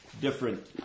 different